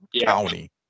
county